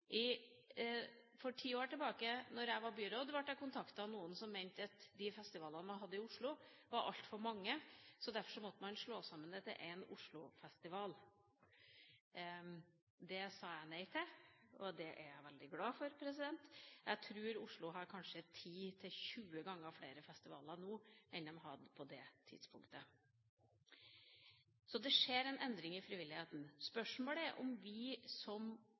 også. For ti år tilbake, da jeg var byråd, ble jeg kontaktet av noen som mente at de festivalene man hadde i Oslo, var altfor mange, og derfor måtte man slå dem sammen til én Oslo-festival. Det sa jeg nei til, og det er jeg veldig glad for. Jeg tror Oslo har kanskje 10–20 ganger flere festivaler nå enn man hadde på det tidspunktet. Så det skjer en endring i frivilligheten. Spørsmålet er om vi som